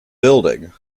building